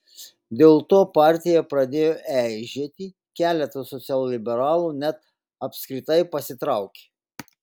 dėl to partija pradėjo eižėti keletas socialliberalų net apskritai pasitraukė